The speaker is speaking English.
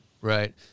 Right